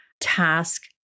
task